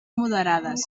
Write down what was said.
moderades